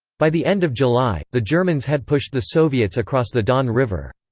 by the end of july, the germans had pushed the soviets across the don river.